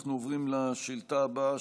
אנחנו עוברים לשאילתה הבאה,